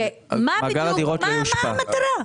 מהי המטרה?